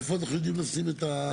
איפה אנחנו יודעים לשים את זה.